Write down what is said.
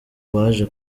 baje